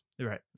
right